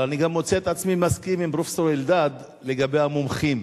אבל אני גם מוצא את עצמי מסכים עם פרופסור אלדד לגבי המומחים.